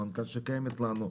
היבואנים הם שותפים שלנו,